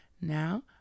Now